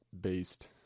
based